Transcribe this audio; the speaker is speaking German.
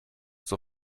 zur